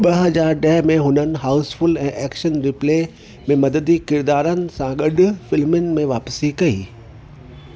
ॿ हज़ार ॾह में हुननि हाउसफुल ऐं एक्शन रिप्ले में मददी किरदारनि सां गॾु फ़िल्मनि में वापसी कई